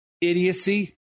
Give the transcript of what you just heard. idiocy